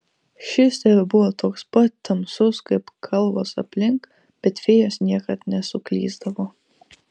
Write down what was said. šis tebebuvo toks pat tamsus kaip kalvos aplink bet fėjos niekad nesuklysdavo